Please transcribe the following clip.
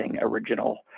original